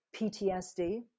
PTSD